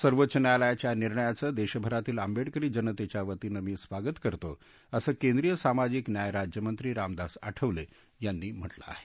सर्वोच्च न्यायालयाच्या या निर्णयाचं देशभरातील आंबेडकरी जनतेच्या वतीनं मी स्वागत करतो असं केंद्रिय सामाजिक न्याय राज्यमंत्री रामदास आठवले यांनी म्हटलं आहे